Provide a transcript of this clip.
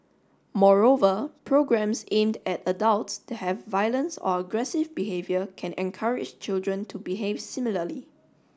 moreover programmes aimed at adults that have violence or aggressive behaviour can encourage children to behave similarly